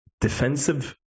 defensive